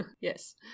yes